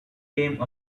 came